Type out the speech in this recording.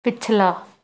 ਪਿਛਲਾ